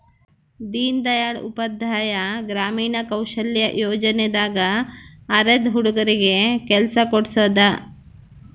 ದೀನ್ ದಯಾಳ್ ಉಪಾಧ್ಯಾಯ ಗ್ರಾಮೀಣ ಕೌಶಲ್ಯ ಯೋಜನೆ ದಾಗ ಅರೆದ ಹುಡಗರಿಗೆ ಕೆಲ್ಸ ಕೋಡ್ಸೋದ